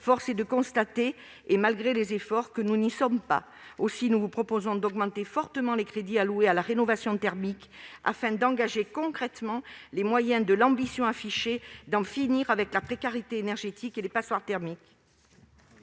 Force est de constater que, malgré les efforts, le compte n'y est pas. C'est pourquoi nous vous proposons d'augmenter fortement les crédits alloués à la rénovation thermique afin d'engager concrètement des moyens à la hauteur de l'ambition affichée- en finir avec la précarité énergétique et les passoires thermiques.